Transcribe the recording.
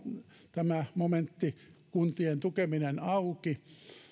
tämä momentti kuntien tukeminen auki